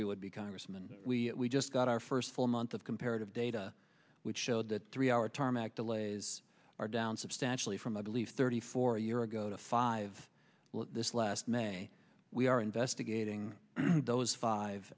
we would be congressman we just got our first full month of comparative data which showed that three hour tarmac delays are down substantially from i believe thirty four a year ago to five this last may we are investigating those five